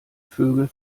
vögel